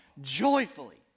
joyfully